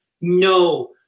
no